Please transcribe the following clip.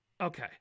Okay